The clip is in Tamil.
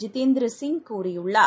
ஜிதேந்திரசிங் கூறியுள்ளார்